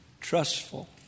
trustful